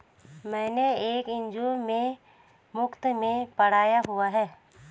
मैंने एक एन.जी.ओ में मुफ़्त में पढ़ाया हुआ है